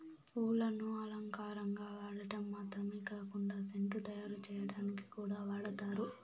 పూలను అలంకారంగా వాడటం మాత్రమే కాకుండా సెంటు తయారు చేయటానికి కూడా వాడతారు